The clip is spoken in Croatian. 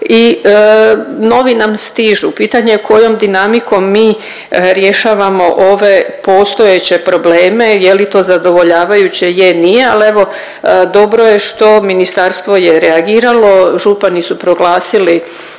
i novi nam stižu, pitanje kojom dinamikom mi rješavamo ove postojeće probleme, je li to zadovoljavajuće, je, nije, ali evo, dobro je što ministarstvo je reagiralo, župani su proglasili